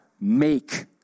make